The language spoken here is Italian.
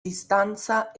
distanza